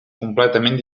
completament